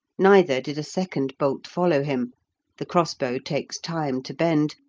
neither did a second bolt follow him the crossbow takes time to bend,